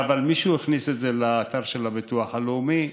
אבל מישהו הכניס את זה לאתר של הביטוח הלאומי,